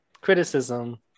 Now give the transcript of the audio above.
criticism